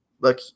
look